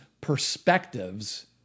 perspectives